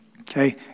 okay